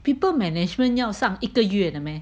people management 要上一个月 meh